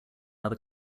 other